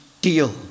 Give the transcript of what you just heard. deal